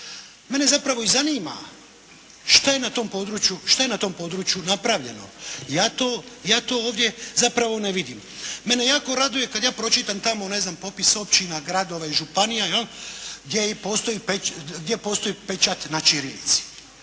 je na tom području, šta je na tom području napravljeno, ja to ovdje, ja to ovdje zapravo ne vidim. Mene jako raduje kada ja pročitam tamo, ne znam popis općina, gradova i županije, je li, gdje i postoji pečat na Čirilici.